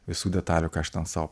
visų detalių ką aš ten sau